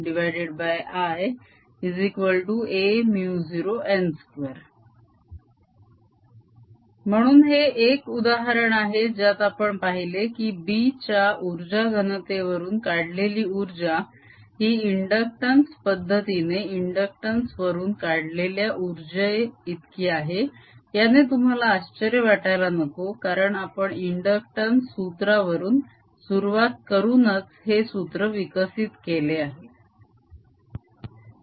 a n 0IIa0n2 म्हणून हे एक उदाहरण आहे ज्यात आपण पाहिले की b च्या उर्जा घनतेवरून काढलेली उर्जा ही इंडक्टंस पद्धतीने इंडक्टंस वरून काढलेल्या उर्जे इतकी आहे याने तुम्हाला आश्चर्य वाटायला नको कारण आपण इंडक्टंस सूत्रावरून सुरुवात करूनच हे सूत्र विकसित केले आहे